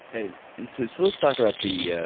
and so so let's talk about the ah